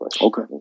Okay